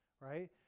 right